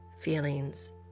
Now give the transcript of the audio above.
feelings